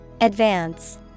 Advance